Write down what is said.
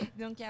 Donc